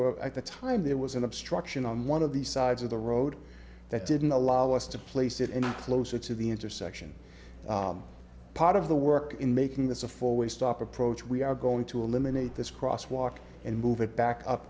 were at the time there was an obstruction on one of the sides of the road that didn't allow us to place it in closer to the intersection part of the work in making this a four way stop approach we are going to eliminate this cross walk and move it back up